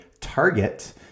target